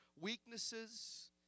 weaknesses